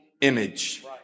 image